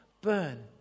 burn